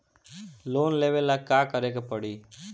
Loan लेबे ला का करे के पड़ी?